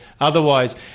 otherwise